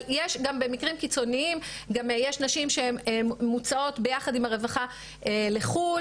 אבל יש גם במקרים קיצוניים נשים שמוצאות ביחד עם הרווחה לחוץ לארץ,